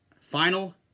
final